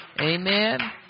Amen